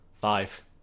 Five